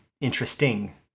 interesting